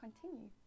continue